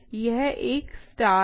यह एक स्टार है